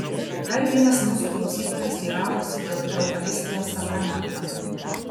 dar vienas mūsų klausytojas teiravosi dėl eucharistijos sakramento